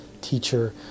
teacher